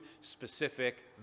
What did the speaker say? specific